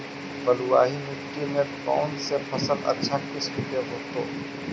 बलुआही मिट्टी में कौन से फसल अच्छा किस्म के होतै?